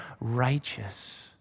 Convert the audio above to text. righteous